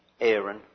Aaron